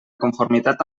conformitat